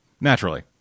Naturally